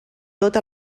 tot